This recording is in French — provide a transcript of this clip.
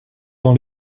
dans